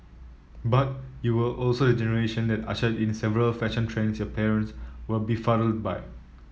but you were also the generation that ushered in several fashion trends your parents were befuddled by